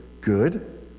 good